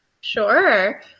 Sure